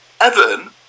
Evan